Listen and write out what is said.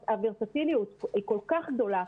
הוורסטיליות כאן היא כל כך גדולה,